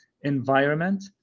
environment